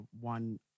one